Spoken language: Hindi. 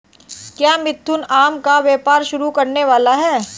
क्या मिथुन आम का व्यापार शुरू करने वाला है?